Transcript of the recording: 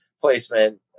placement